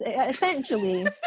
essentially